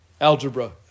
algebra